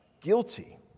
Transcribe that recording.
guilty